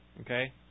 Okay